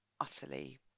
utterly